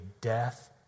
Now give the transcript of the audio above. death